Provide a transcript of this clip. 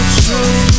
true